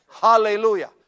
Hallelujah